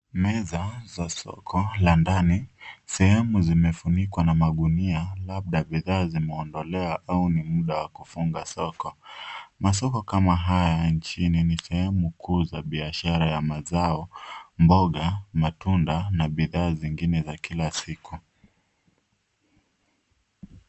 Meza za soko la ndani. Sehemu zimefunikwa na magunia labda bidhaa zimeondolewa au ni muda wa kufunga soko. Masoko kama haya nchini ni sehemu kuu za biashara ya mazao, mboga, matunda na bidhaa zingine za kila siku.